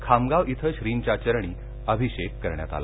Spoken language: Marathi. खामगाव इथं श्रींच्या चरणी अभिषेक करण्यात आला